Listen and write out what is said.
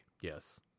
Yes